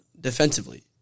defensively